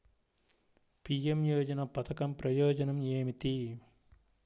PM యోజన పధకం ప్రయోజనం ఏమితి?